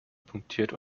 punktiert